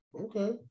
okay